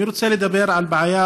אני רוצה לדבר על בעיה